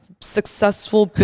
successful